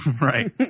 Right